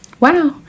Wow